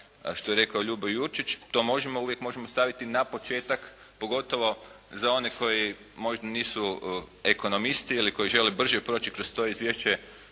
što je rekao Ljubo Jurčić, to možemo, uvijek možemo staviti na početak, pogotovo za one koji možda nisu ekonomisti ili koji žele brže proći kroz to Izvješće,